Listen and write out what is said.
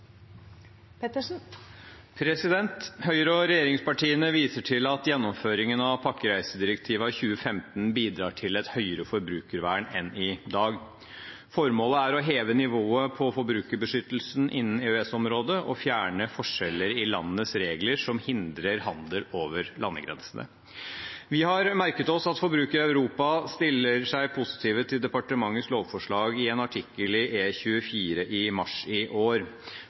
refererte til. Høyre og regjeringspartiene viser til at gjennomføringen av pakkereisedirektivet av 2015 bidrar til et høyere forbrukervern enn i dag. Formålet er å heve nivået på forbrukerbeskyttelsen innen EØS-området og fjerne forskjeller i landenes regler som hindrer handel over landegrensene. Vi har merket oss at Forbruker Europa stilte seg positiv til departementets lovforslag i en artikkel i E24 i mars i år.